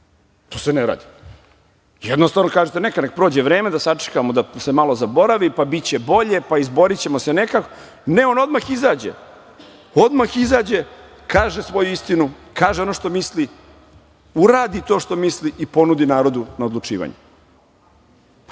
To se ne radi. Jednostavno, kažete neka, nek prođe vreme, da sačekamo da se malo zaboravi, pa biće bolje, izborićemo se nekako. Ne, on odmah izađe, kaže svoju istinu, kaže ono što misli, uradi to što misli i ponudi narodu na odlučivanje.